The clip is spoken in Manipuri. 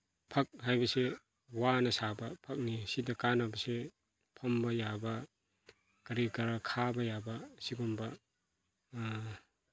ꯐꯛ ꯍꯥꯏꯕꯁꯦ ꯋꯥꯅ ꯁꯥꯕ ꯐꯛꯅꯤ ꯁꯤꯗ ꯀꯥꯅꯕꯁꯦ ꯐꯝꯕ ꯌꯥꯕ ꯀꯔꯤ ꯀꯔꯥ ꯈꯥꯕ ꯌꯥꯕ ꯑꯁꯤꯒꯨꯝꯕ